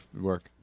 work